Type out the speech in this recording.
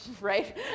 right